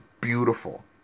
beautiful